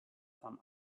some